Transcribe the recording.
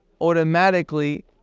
automatically